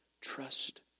Trust